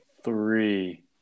three